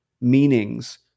meanings